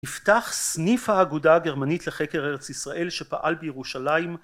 נפתח סניף האגודה הגרמנית לחקר ארץ ישראל שפעל בירושלים